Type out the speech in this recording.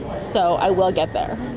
so i will get there.